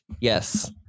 yes